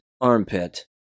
armpit